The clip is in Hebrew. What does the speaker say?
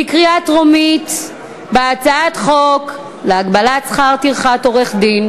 בקריאה טרומית על הצעת חוק להגבלת שכר טרחת עורך-דין